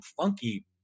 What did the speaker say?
funky